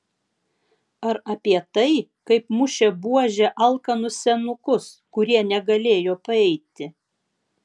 ar apie tai kaip mušė buože alkanus senukus kurie negalėjo paeiti